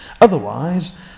Otherwise